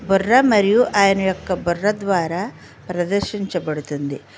బుర్ర మరియు ఆయన యొక్క బుర్ర ద్వారా ప్రదర్శించబడుతుంది